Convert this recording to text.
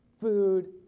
food